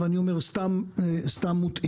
ואני אומר סתם מוטעים.